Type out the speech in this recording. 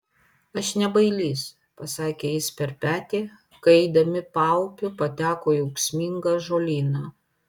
aš ne bailys pasakė jis per petį kai eidami paupiu pateko į ūksmingą ąžuolyną